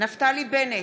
נפתלי בנט,